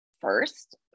first